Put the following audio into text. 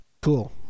cool